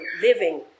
living